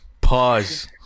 Pause